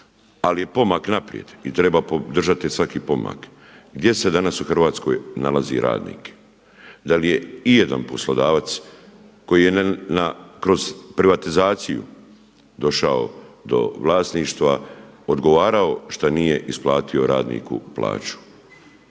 Ali je pomak naprijed i treba podržati svaki pomak. Gdje se danas u Hrvatskoj nalazi radnik? Da li je ijedan poslodavac koji je kroz privatizaciju došao do vlasništva odgovarao što nije isplatio radniku plaću?